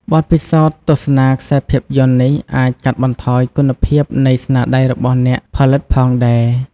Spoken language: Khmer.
បទពិសោធន៍ទស្សនាខ្សែភាពយន្តនេះអាចកាត់បន្ថយគុណភាពនៃស្នាដៃរបស់អ្នកផលិតផងដែរ។